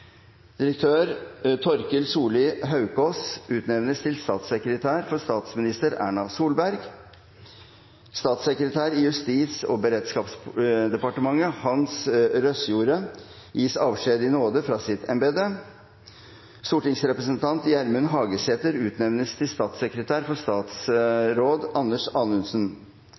Director Torkild Solli Haukaas utnevnes til statssekretær for statsminister Erna Solberg. Statssekretær i Justis- og beredskapsdepartementet Hans J. Røsjorde gis avskjed i nåde fra sitt embete. Stortingsrepresentant Gjermund Hagesæter utnevnes til statssekretær for